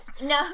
No